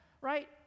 right